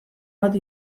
bat